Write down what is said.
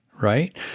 right